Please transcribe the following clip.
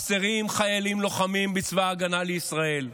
חסרים חיילים לוחמים בצבא ההגנה לישראל.